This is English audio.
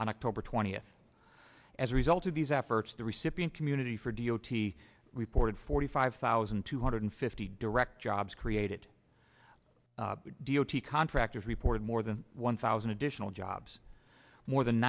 on october twentieth as a result of these efforts the recipient community for d o t reported forty five thousand two hundred fifty direct jobs created d o t contractors reported more than one thousand additional jobs more than